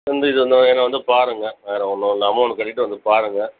அப்புறம் வந்து என்ன வந்து பாருங்கள் வேறு ஒன்றும் இல்லை அமௌண்டு கட்டிவிட்டு வந்து பாருங்கள்